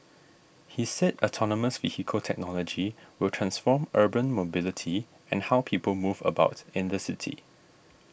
he said autonomous vehicle technology will transform urban mobility and how people move about in the city